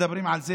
מדברים על זה,